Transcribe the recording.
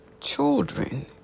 children